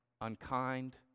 unkind